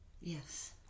yes